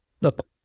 look